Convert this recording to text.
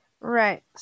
Right